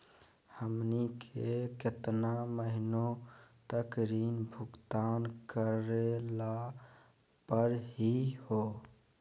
हमनी के केतना महीनों तक ऋण भुगतान करेला परही हो?